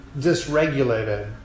dysregulated